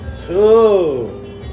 two